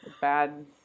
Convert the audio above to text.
bad